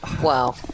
wow